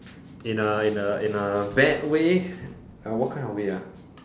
in a in a in a bad way uh what kind of way ah